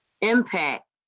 impact